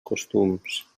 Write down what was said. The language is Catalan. costums